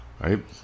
Right